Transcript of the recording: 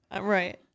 Right